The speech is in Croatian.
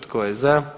Tko je za?